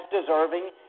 deserving